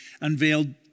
unveiled